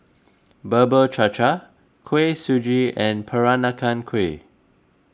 Bubur Cha Cha Kuih Suji and Peranakan Kueh